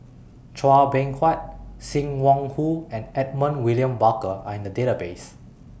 Chua Beng Huat SIM Wong Hoo and Edmund William Barker Are in The Database